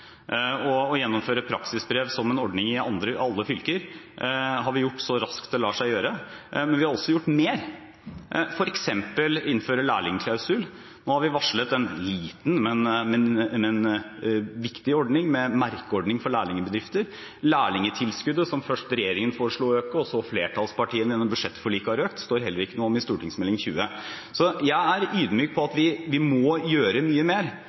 praksisbrev som en ordning i alle fylker har vi gjort så raskt det lar seg gjøre, men vi har også gjort mer, f.eks. innført lærlingklausul. Nå har vi varslet en liten, men viktig ordning med merkeordning for lærlingbedrifter. Lærlingtilskuddet, som først regjeringen foreslo å øke, og så flertallspartiene økte gjennom budsjettforliket, står det heller ikke noe om i Meld. St. 20 for 2012–2013. Så jeg er ydmyk på at vi må gjøre mye mer,